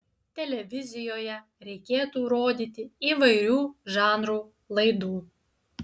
televizijoje reikėtų rodyti įvairių žanrų laidų